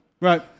right